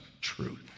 truth